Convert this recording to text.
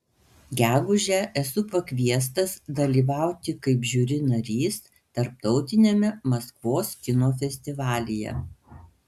gegužę esu pakviestas dalyvauti kaip žiuri narys tarptautiniame maskvos kino festivalyje